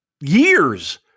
years